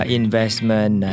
investment